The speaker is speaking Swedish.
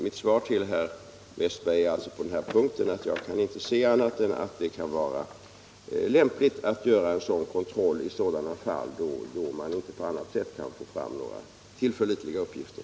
Mitt svar till herr Westberg i Ljusdal är alltså att jag inte kan se annat än att det kan vara lämpligt att göra en sådan kontroll i de fall där man inte på annat sätt kan få fram tillförlitliga uppgifter.